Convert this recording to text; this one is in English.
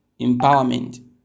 empowerment